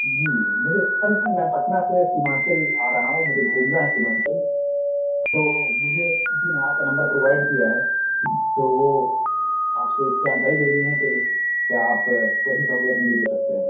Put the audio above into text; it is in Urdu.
جی مجھے اصل میں میں پٹنہ سے سیمانچل آ رہا ہوں مجھے گھومنا ہے سیمانچل تو مجھے کسی نے آپ کا نمبر پرووائیڈ کیا ہے تو وہ آپ سے جانکاری لینی ہے کہ کہ آپ کیسی سہولیات مجھے دے سکتے ہیں